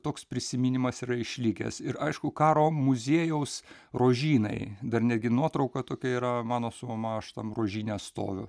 toks prisiminimas yra išlikęs ir aišku karo muziejaus rožynai dar netgi nuotrauka tokia yra mano su mama aš tam rožyne stoviu